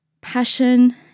passion